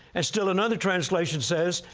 and still another translation says,